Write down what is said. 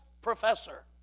professor